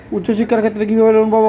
উচ্চশিক্ষার ক্ষেত্রে কিভাবে লোন পাব?